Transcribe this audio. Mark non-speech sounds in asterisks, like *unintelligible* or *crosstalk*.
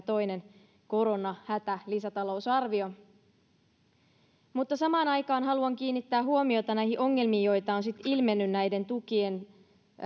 *unintelligible* toinen koronahätälisätalousarvio samaan aikaan haluan kiinnittää huomiota näihin ongelmiin joita on ilmennyt näiden tukien